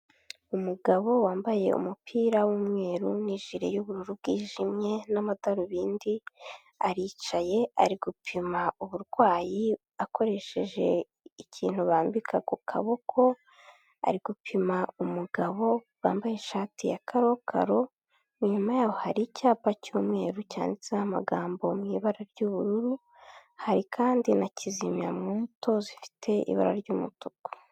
Umugabo wambaye umupira w'umweru n'ijiri y'ubururu bwijimye n'amadarubindi, aricaye ari gupima uburwayi akoresheje ikintu bambika ku kaboko, ari gupima umugabo wambaye ishati ya karokaro, inyuma yaho hari icyapa cy'umweru cyanditseho amagambo mu ibara ry'ubururu hari kandi na kizimyamyoto zifite ibara ry'umutuku.